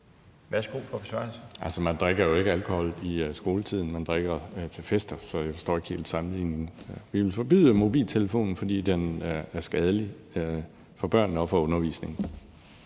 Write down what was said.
Altså, man drikker jo ikke alkohol i skoletiden. Man drikker til fester, så jeg forstår ikke helt sammenligningen. Vi vil forbyde mobiltelefonen, fordi den er skadelig for børnene og for undervisningen.